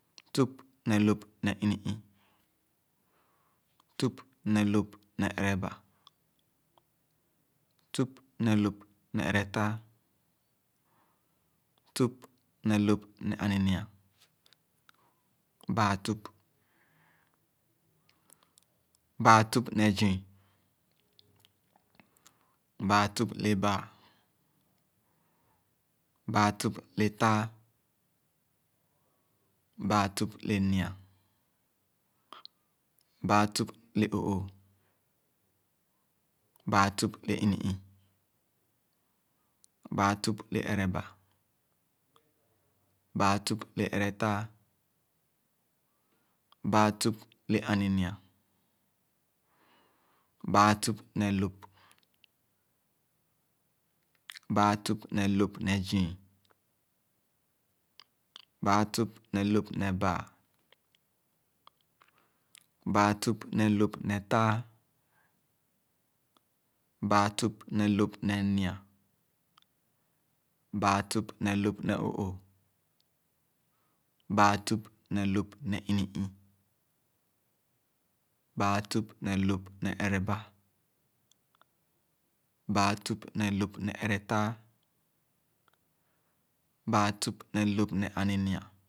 Tüp ne lop ne ini-ii, tüp ne lóp ne èreba, tüp ne lõp ne èretàà, tüp ne lop ne aninyia, baa-tüp. Baa-tüp ne zii, baa-tüp le baa, baa-tüp le tàà, baa-tüp le nyi-a, bãã-tüp le ó õõh, bàà- tüp le, ini-ii, baa-tüp le èrebà, baa-tup le ère-tàà, baa-tüp le aninyia, baa-tüp le lõp. Bàà-tup le lóp ne zii, baa-tüp-tüp ne lóp ne baa, baa- tüp ne lóp ne tàà, baa-tüp ne nyi-a, baa-tüp ne lop ne oõõh, baa-tüp ne lop ne èretàà, baa-tüp ne lóp ne aninyia